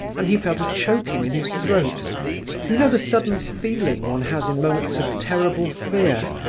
and he felt a choking in his throat you know the sudden feeling one has in moments of terrible fear,